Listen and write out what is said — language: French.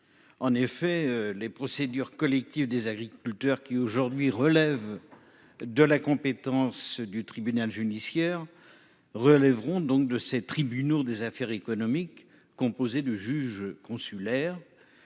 En effet, les procédures collectives des agriculteurs, qui sont aujourd'hui de la compétence du tribunal judiciaire, relèveront désormais des tribunaux des activités économiques, composés de juges consulaires.